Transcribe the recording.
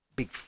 big